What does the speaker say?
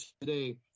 today